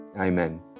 Amen